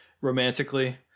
romantically